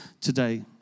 today